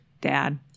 dad